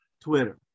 Twitter